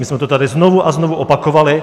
My jsme to tady znovu a znovu opakovali.